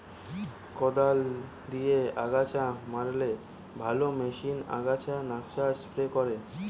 কদাল দিয়ে আগাছা মারলে ভালো না মেশিনে আগাছা নাশক স্প্রে করে?